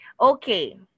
Okay